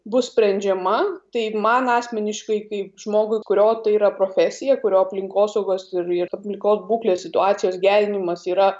bus sprendžiama tai man asmeniškai kaip žmogui kurio tai yra profesija kurio aplinkosaugos ir ir aplinkos būklės situacijos gerinimas yra